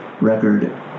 record